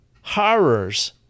Horrors